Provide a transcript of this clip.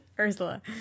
Ursula